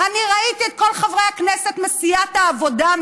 אני ראיתי את כל חברי הכנסת מסיעת העבודה,